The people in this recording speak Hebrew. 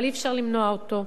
אבל אי-אפשר למנוע אותו.